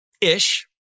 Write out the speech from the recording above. ish